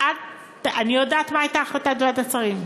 אני יודעת מה הייתה החלטת ועדת השרים.